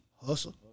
hustle